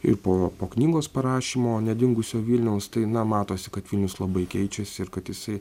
ir po po knygos parašymo nedingusio vilniaus tai na matosi kad vilnius labai keičiasi ir kad jisai